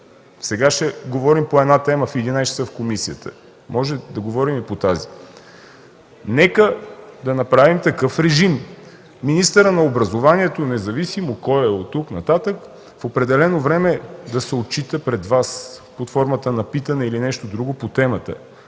Сега ще говорим по една тема в 11, 00 ч. в комисията, може да говорим и по тази. Нека да направим такъв режим – министърът на образованието, независимо кой е оттук-нататък, в определено време да се отчита пред Вас под формата на питане или нещо друго по темата,